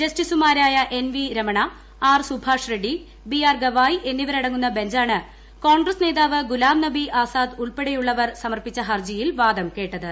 ജസ്റ്റിസുമാരായ N V Ramana R Subhash Reddy B R Gavai എന്നിവരടങ്ങുന്ന ബഞ്ചാണ് കോൺഗ്രസ്സ് നേതാവ് ഗുലാം നബി ആസാദ് ഉൾപ്പെടെയുള്ളവർ സമർപ്പിച്ച ഹർജിയിൽ വാദം കേട്ടത്